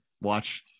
watch